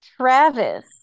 Travis